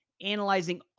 analyzing